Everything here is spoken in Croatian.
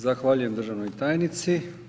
Zahvaljujem državnoj tajnici.